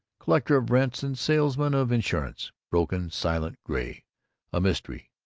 collector of rents and salesman of insurance broken, silent, gray a mystery,